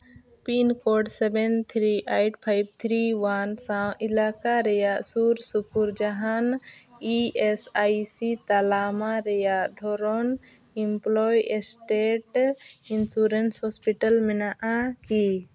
pin code seven three eight five three one ᱥᱟᱶ ᱮᱞᱟᱠᱟ ᱨᱮᱭᱟᱜ ᱥᱩᱨ ᱥᱩᱯᱩᱨ ᱡᱟᱦᱟᱱ ᱤ ᱮᱥ ᱟᱭ ᱥᱤ ᱛᱟᱞᱢᱟ ᱨᱮᱭᱟᱜ ᱫᱷᱚᱨᱚᱱ ᱤᱢᱯᱞᱳᱭ ᱥᱴᱮᱴ ᱤᱱᱥᱩᱨᱮᱱᱥ ᱦᱚᱥᱯᱤᱴᱟᱞ ᱢᱮᱱᱟᱜᱼᱟ ᱠᱤ